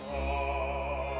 oh